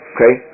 Okay